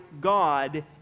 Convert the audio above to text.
God